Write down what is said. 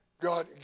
God